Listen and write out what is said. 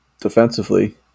defensively